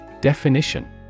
Definition